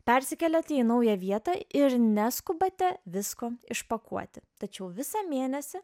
persikeliate į naują vietą ir neskubate visko išpakuoti tačiau visą mėnesį